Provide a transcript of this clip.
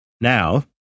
Now